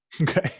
Okay